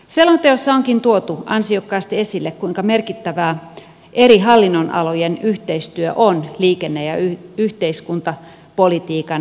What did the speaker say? selonteossa onkin tuotu ansiokkaasti esille kuinka merkittävää eri hallinnonalojen yhteistyö on liikenne ja yhteiskunta politiikan